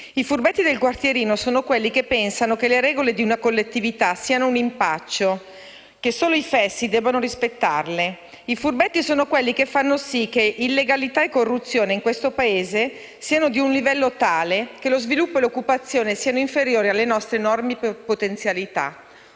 furbetti del quartierino sono quelli che pensano che le regole di una collettività siano un impaccio, che solo i fessi debbano rispettarle. I furbetti sono quelli che fanno sì che illegalità e corruzione in questo Paese siano di un livello tale che lo sviluppo e l'occupazione siano inferiori alle nostre enormi potenzialità.